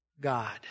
God